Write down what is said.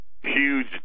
huge